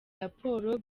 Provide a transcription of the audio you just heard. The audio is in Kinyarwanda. raporo